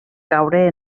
caure